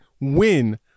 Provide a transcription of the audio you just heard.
win